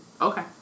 Okay